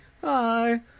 hi